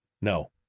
No